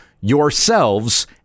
yourselves